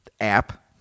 app